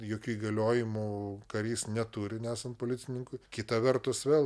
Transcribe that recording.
jokių įgaliojimų karys neturi nesant policininkui kita vertus vėl